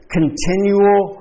continual